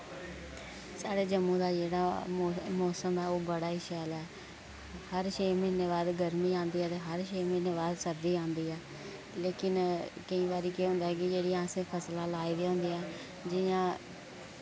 साढ़े जम्मू दा जेह्ड़ा मौसम ऐ ओह् बड़ा ही शैल ऐ हर छे म्हीने बाद गर्मी आंदी ऐ ते हर छे म्हीने बाद सर्दी आंदी ऐ लेकिन केईं बार केह् होंदा ऐ कि जेह्ड़ी असें फसलां लाई दियां होंदियां जि'यां